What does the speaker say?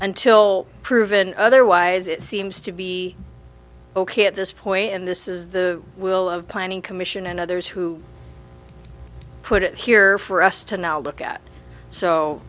until proven otherwise it seems to be ok at this point and this is the will of planning commission and others who put it here for us to now look at so